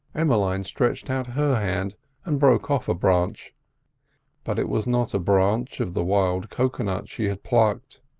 emmeline stretched out her hand and broke off a branch but it was not a branch of the wild cocoa-nut she had plucked,